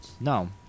No